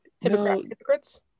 hypocrites